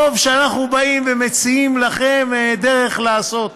טוב שאנחנו באים ומציעים לכם דרך לעשות.